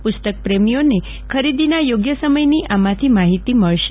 પુસ્તક પ્રેમીઓને ખરીદીના યોગ્ય સમયની આમાંથી માહિતી મળશે